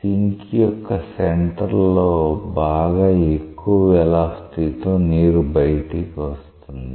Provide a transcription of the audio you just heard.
sync యొక్క centre లో బాగా ఎక్కువ వెలాసిటీతో నీరు బయటకి వస్తుంది